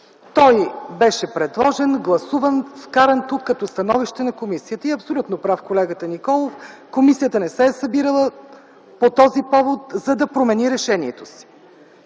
Той беше предложен, гласуван, вкаран тук като становище на комисията и е абсолютно прав колегата Николов – комисията не се е събирала по този повод, за да промени решението си.